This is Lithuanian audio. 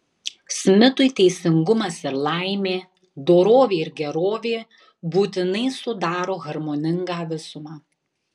smitui teisingumas ir laimė dorovė ir gerovė būtinai sudaro harmoningą visumą